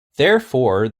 therefore